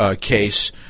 case